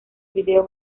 video